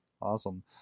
Awesome